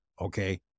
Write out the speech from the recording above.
Okay